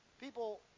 People